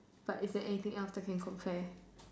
but is there anything else that can compare